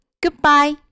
Goodbye